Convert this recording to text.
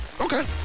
Okay